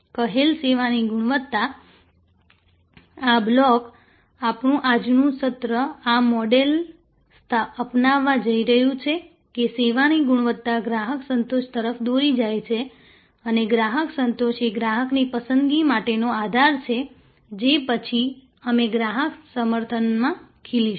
કહેલ સેવાની ગુણવત્તા આ બ્લોક આપણું આજનું સત્ર આ મોડેલ અપનાવવા જઈ રહ્યું છે કે સેવાની ગુણવત્તા ગ્રાહક સંતોષ તરફ દોરી જાય છે અને ગ્રાહક સંતોષ એ ગ્રાહકની પસંદગી માટેનો આધાર છે જે પછી અમે ગ્રાહક સમર્થનમાં ખીલીશું